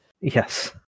yes